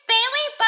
Bailey